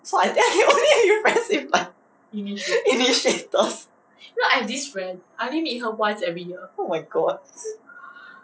so I think I only can be friends with a initiators oh my god